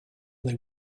they